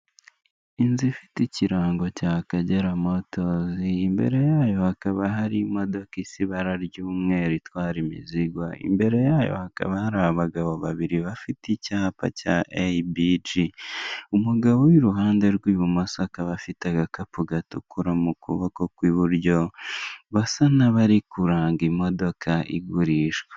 Inzu ifite ikirango cya kagera motozi imbere yayo hakaba hari imodoka isi ibara ry'umweru itwara imizigo, imbere yayo hakaba hari abagabo babiri bafite icyapa cya eyibiji umugabo w'iruhande rw'ibumoso akaba afite agakapu gatukura mu kuboko kw'iburyo basa n'abari kuranga imodoka igurishwa.